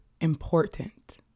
important